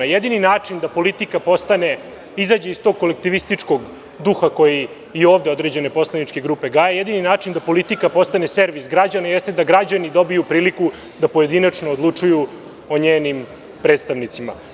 Jedini način da politika postane, izađe iz tog kolektivističkog duha koji i ovde poslaničke grupe gaje, jedini način da politika postane servis građana, jeste da građani dobiju priliku da pojedinačno odlučuju o njenim predstavnicima.